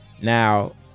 Now